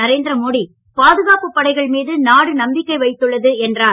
நரேந்திரமோடி பாதுகாப்பு படைகள் மீது நாடு நம்பிக்கை வைத்துள்ளது என்றார்